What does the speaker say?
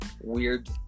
weird